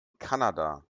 kanada